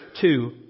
two